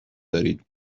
دارید